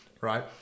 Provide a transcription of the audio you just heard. right